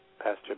Pastor